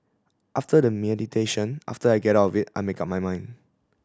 after the meditation after I get out of it I make up my mind